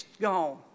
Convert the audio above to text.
Gone